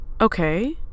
okay